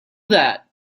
that